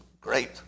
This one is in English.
great